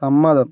സമ്മതം